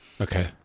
Okay